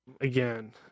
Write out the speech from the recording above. again